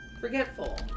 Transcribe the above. Forgetful